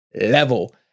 level